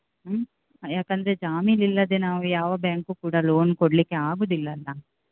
ಹ್ಞೂ ಯಾಕೆಂದರೆ ಜಾಮೀನು ಇಲ್ಲದೇ ನಾವು ಯಾವ ಬ್ಯಾಂಕ್ ಕೂಡ ಲೋನ್ ಕೊಡಲಿಕ್ಕೆ ಆಗುವುದಿಲ್ಲಲ್ಲ